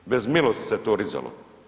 Bez milosti se to rizalo.